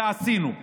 את זה עשינו,